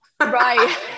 Right